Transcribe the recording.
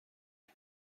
men